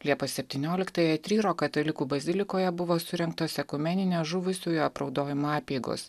liepos septynioliktąją tryro katalikų bazilikoje buvo surengtos ekumeninės žuvusiųjų apraudojimo apeigos